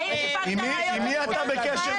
האם סיפקת